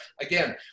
again